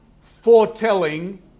foretelling